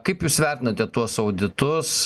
kaip jūs vertinate tuos auditus